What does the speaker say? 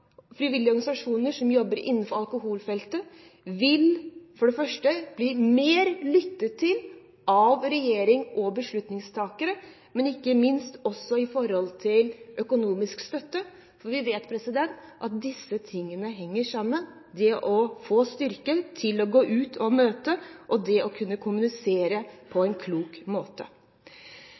frivillige organisasjoner som jobber innenfor alkoholfeltet, vil bli mer lyttet til av regjering og beslutningstakere, også når det gjelder økonomisk støtte. Vi vet at disse tingene henger sammen – det å få styrken til å gå ut og møte, og det å kunne kommunisere på en klok måte.